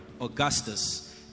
Augustus